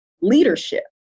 leadership